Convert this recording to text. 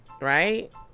Right